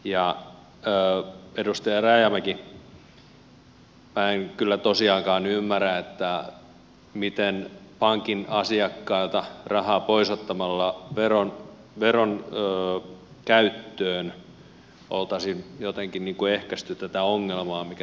edustaja rajamäki minä en kyllä tosiaankaan ymmärrä miten pankin asiakkailta rahaa pois ottamalla veron käyttöön olisi jotenkin ehkäisty tätä ongelmaa mikä täällä on